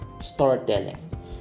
storytelling